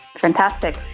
Fantastic